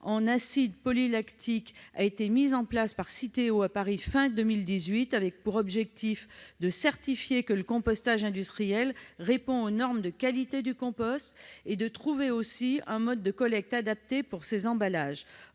en acide polylactique a été mis en place par Citeo à Paris à la fin de 2018. L'objectif est de certifier que le compostage industriel répond aux normes de qualité du compost et de trouver un mode de collecte adapté pour ces emballages.